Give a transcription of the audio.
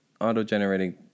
auto-generating